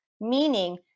Meaning